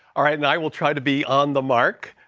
all right, and i will try to be on the mark.